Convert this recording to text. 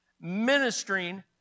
Ministering